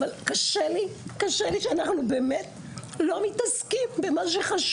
אבל באמת מאוד קשה לי עם זה שאנחנו לא מתעסקים עם מה שחשוב.